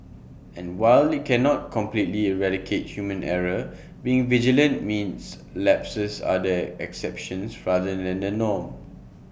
and while IT cannot completely eradicate human error being vigilant means lapses are the exceptions rather than the norm